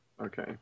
Okay